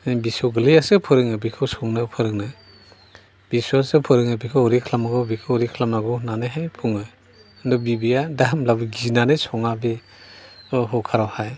बिसौ गोरलैआसो फोरोङो बिखौ संनो फोरोङो बिसौआसो फोरोङो बेखौ ओरै खालामनांगौ बिखौ ओरै खालामनांगौ होन्नानैहाय बुङो खिन्थु बिबैआ दा होनब्लाबो गिनानै सङा बे कुकारावहाय